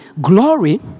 glory